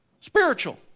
Spiritual